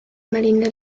marina